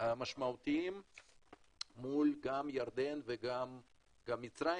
משמעותי מול ירדן ומצרים.